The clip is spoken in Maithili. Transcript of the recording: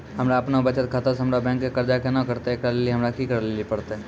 हमरा आपनौ बचत खाता से हमरौ बैंक के कर्जा केना कटतै ऐकरा लेली हमरा कि करै लेली परतै?